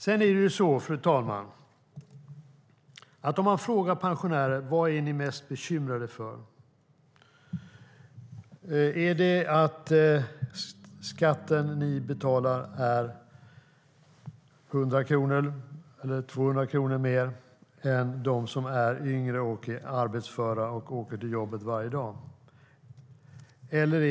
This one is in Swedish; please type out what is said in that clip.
Sedan kan man fråga pensionärer vad de är mest bekymrade för, fru talman. Är det att skatten de betalar är 100 eller 200 kronor högre än vad de som är yngre och arbetsföra och åker till jobbet varje dag betalar?